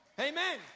Amen